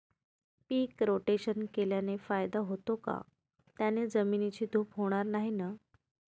पीक rotation केल्याने फायदा होतो का? त्याने जमिनीची धूप होणार नाही ना?